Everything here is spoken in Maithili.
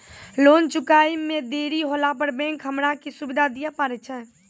लोन चुकब इ मे देरी होला पर बैंक हमरा की सुविधा दिये पारे छै?